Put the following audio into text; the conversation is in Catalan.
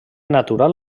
natural